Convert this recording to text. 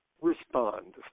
respond